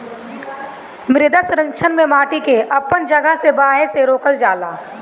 मृदा संरक्षण में माटी के अपन जगह से बहे से रोकल जाला